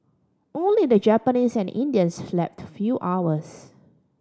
only the Japanese and Indians slept few hours